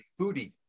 foodie